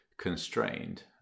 Constrained